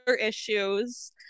issues